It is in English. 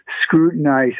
scrutinize